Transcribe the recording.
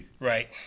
Right